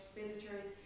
visitors